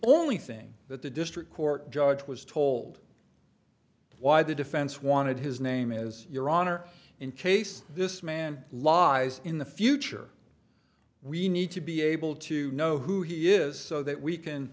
only thing that the district court judge was told why the defense wanted his name is your honor in case this man lies in the future we need to be able to know who he is so that we can